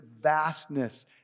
vastness